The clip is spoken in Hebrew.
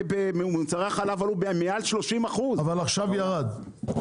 מוצרי החלב עלו בעולם מעל 30%. עכשיו זה ירד.